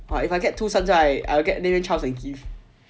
if I get two sons right I'll name them charles and keith